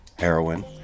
heroin